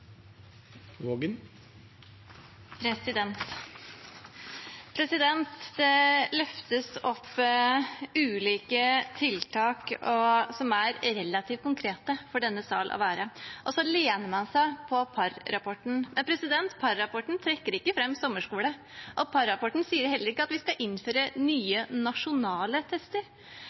relativt konkrete til denne sal å være, og så lener man seg på Parr-rapporten. Men Parr-rapporten trekker ikke fram sommerskole, og Parr-rapporten sier heller ikke at vi skal innføre nye nasjonale tester.